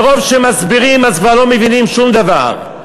מרוב שמסבירים כבר לא מבינים שום דבר.